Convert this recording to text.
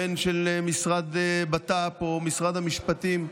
בין של משרד הבט"פ או משרד המשפטים,